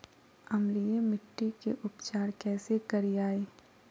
अम्लीय मिट्टी के उपचार कैसे करियाय?